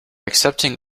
accepting